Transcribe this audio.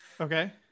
Okay